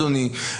אדוני,